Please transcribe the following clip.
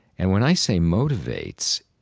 and when i say motivates,